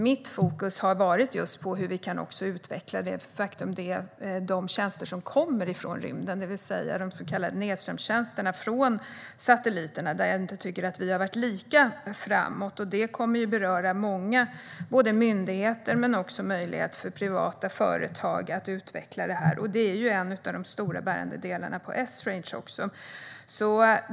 Mitt fokus har legat på hur vi kan utveckla de tjänster som kommer från rymden, det vill säga de så kallade nedströmstjänsterna, och från satelliterna, där jag inte tycker att vi har varit lika framåt. Det kommer att beröra många, och det gäller både myndigheter och privata företag, som får möjlighet att utveckla detta. Det är också en av de stora, bärande delarna inom Esrange.